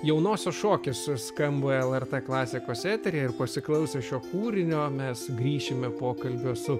jaunosios šokis skamba lrt klasikos eteryje ir pasiklausę šio kūrinio mes grįšime pokalbio su